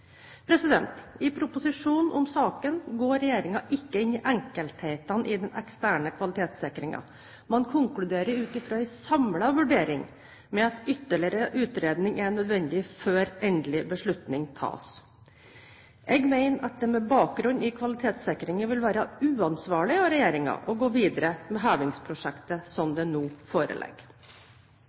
I proposisjonen om saken går regjeringen ikke inn i enkelthetene i den eksterne kvalitetssikringen, men konkluderer ut fra en samlet vurdering med at ytterligere utredning er nødvendig før endelig beslutning tas. Jeg mener at det med bakgrunn i kvalitetssikringen vil være uansvarlig av regjeringen å gå videre med hevingsprosjektet som det nå foreligger.